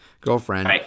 girlfriend